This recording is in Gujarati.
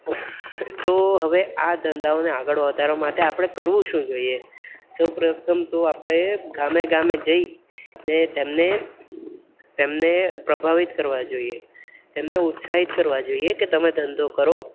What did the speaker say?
તો હવે આ ધંધાઓને આગળ વધારવા માટે આપણે કરવું શું જોઈએ સૌપ્રથમ તો આપણે ગામે ગામે જઈ ને તેમને તેમને પ્રભાવિત કરવા જોઈએ તેમને ઉત્સાહિત કરવા જોઈએ કે તમે ધંધો કરો